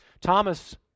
Thomas